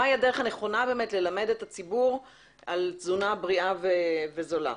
מה היא הדרך הנכונה באמת ללמד את הציבור על תזונה בריאה וזולה.